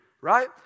right